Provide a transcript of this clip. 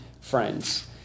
friends